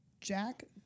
Jack